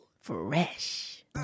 Fresh